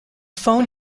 phone